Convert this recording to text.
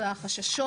והחששות,